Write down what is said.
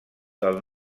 del